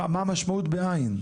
מה המשמעות בעין?